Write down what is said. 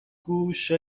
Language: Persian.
گوشه